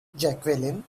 jacqueline